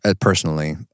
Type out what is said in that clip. Personally